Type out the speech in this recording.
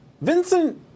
Vincent